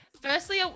firstly